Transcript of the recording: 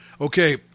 Okay